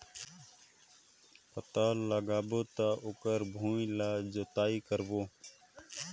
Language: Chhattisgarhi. पातल लगाबो त ओकर भुईं ला जोतई करबो?